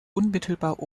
unmittelbar